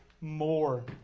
more